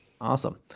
Awesome